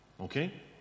Okay